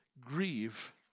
grieve